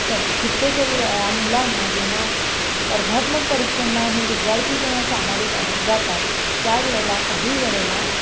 त्या कितीतरी वेळा मुलांना जेव्हा स्पर्धात्मक परीक्षांना हे विद्यार्थी जेव्हा सामोरे जाव जातात त्यावेळेला काही वेळेला